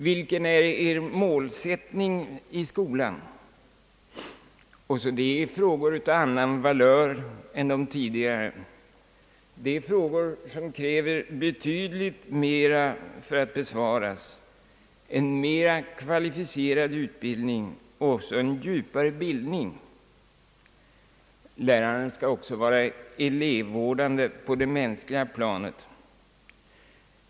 Vilken är er målsättning i skolan? Det är frågor av annan valör än de tidigare, frågor som kräver betydligt mera för att besvaras, en mera kvalificerad utbildning och också en djupare bildning. Läraren skall också vara elevvårdande på det mänskliga planet.